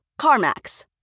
CarMax